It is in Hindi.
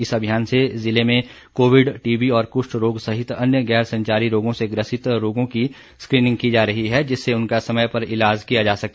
इस अभियान से जिले में कोविड टीबी और कृष्ठ रोग सहित अन्य गैर संचारी रोगों से ग्रसित रोगों की स्क्रीनिंग की जा रही है जिससे उनका समय पर इलाज किया जा सके